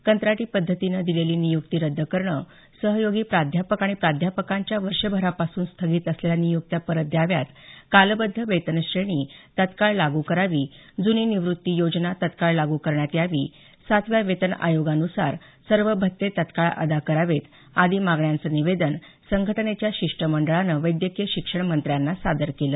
कंत्राटी पद्धतीनं दिलेली नियुक्ती रद्द करणं सहयोगी प्राध्यापक आणि प्राध्यापकांच्या वर्षभरापासून स्थगित असलेल्या नियुक्त्या परत द्याव्यात कालबद्ध वेतनश्रेणी तत्काळ लागू करावी जुनी निवृत्ती योजना तत्काळ लागू करण्यात यावी सातव्या वेतन आयोगानुसार सर्व भत्ते तत्काळ अदा करावेत आदी मागण्यांचं निवेदन संघटनेच्या शिष्टमंडळानं वैद्यकीय शिक्षण मंत्र्यांना सादर केलं